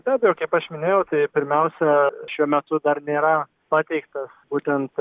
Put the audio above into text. be abejo kaip aš minėjau tai pirmiausia šiuo metu dar nėra pateiktas būtent